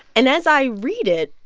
and as i read it,